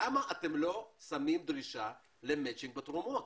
למה אתם לא שמים דרישה למצ'ינג בתרומות